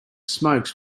smokes